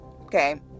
Okay